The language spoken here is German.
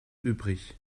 übrig